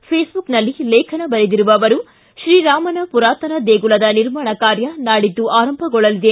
ಫೇಸ್ಬುಕ್ನಲ್ಲಿ ಲೇಖನ ಬರೆದಿರುವ ಅವರು ಶ್ರೀರಾಮನ ಪುರಾತನ ದೇಗುಲದ ನಿರ್ಮಾಣ ಕಾರ್ಯ ನಾಡಿದ್ದು ಆರಂಭಗೊಳ್ಳಲಿದೆ